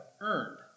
earned